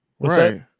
Right